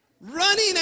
running